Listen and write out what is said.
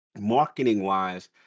Marketing-wise